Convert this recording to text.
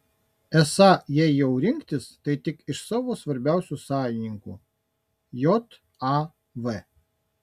esą jei jei jau rinktis tai tik iš savo svarbiausių sąjungininkų jav